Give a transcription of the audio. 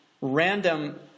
random